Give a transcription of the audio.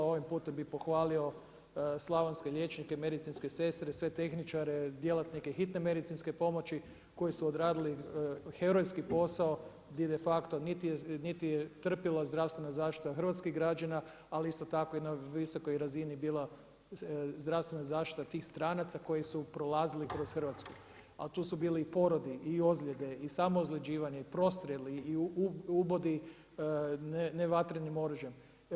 Ovim putem bih pohvalio slavonske liječnike, medicinske sestre, sve tehničare, djelatnike hitne medicinske pomoći koji su odradili herojski posao di de facto niti je trpila zdravstvena zaštita hrvatskih građana, ali isto tako i na visokoj razini bila zdravstvena zaštita tih stranaca koji su prolazili kroz Hrvatsku, a tu su bili i porodi i ozljede i samo ozljeđivanje i prostrijeli i ubodi nevatrenim oružjem.